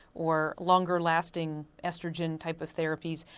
or longer-lasting oestrogen type of therapies.